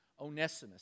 Onesimus